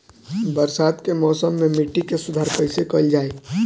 बरसात के मौसम में मिट्टी के सुधार कईसे कईल जाई?